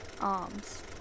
arms